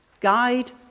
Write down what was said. guide